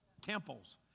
temples